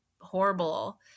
horrible